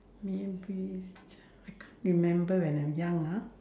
memory I can't remember when I'm young ah